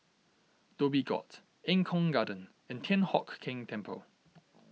Dhoby Ghaut Eng Kong Garden and Thian Hock Keng Temple